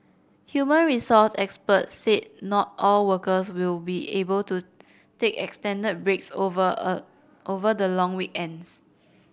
human resource experts said not all workers will be able to take extended breaks over over the long weekends